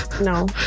No